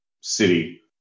City